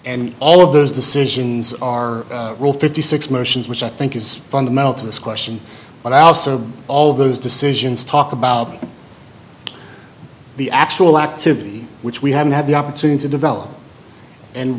and all of those decisions are fifty six motions which i think is fundamental to this question but i also all those decisions talk about the actual activity which we haven't had the opportunity to develop and